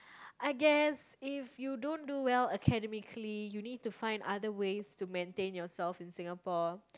I guess if you don't do well academically you need to find other ways to maintain yourself in Singapore